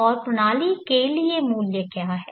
और प्रणाली के लिए मूल्य क्या है